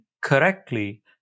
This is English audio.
correctly